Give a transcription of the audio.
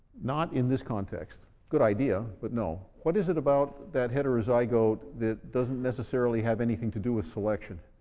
not in this context. good idea, but no. what is it about that heterozygote that doesn't necessarily have anything to do with selection?